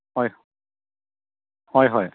হয় হয় হয়